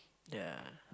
ya